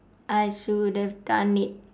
I should have done it